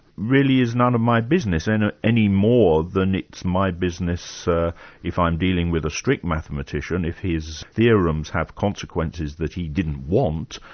really is none of my business, and ah any more than it's my business ah if i'm dealing with a strict mathematician, if his theorems have consequences that he didn't want,